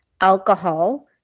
alcohol